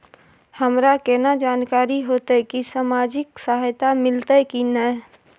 हमरा केना जानकारी होते की सामाजिक सहायता मिलते की नय?